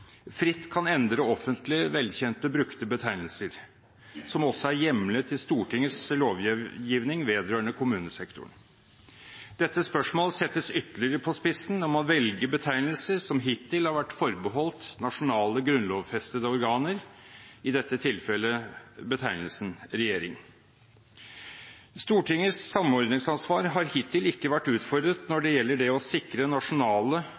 fritt kan endre offentlig velkjente brukte betegnelser, som også er hjemlet i Stortingets lovgivning vedrørende kommunesektoren. Dette spørsmål settes ytterligere på spissen når man velger betegnelser som hittil har vært forbeholdt nasjonale, grunnlovfestede organer – i dette tilfellet betegnelsen regjering. Stortingets samordningsansvar har hittil ikke vært utfordret når det gjelder det å sikre nasjonale,